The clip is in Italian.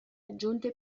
aggiunte